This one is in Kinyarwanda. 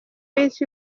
wica